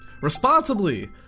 Responsibly